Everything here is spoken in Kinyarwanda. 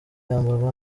yambarwa